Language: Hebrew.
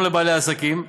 גם לבעלי עסקים שניזוקו,